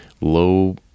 low